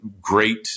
great